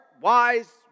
wise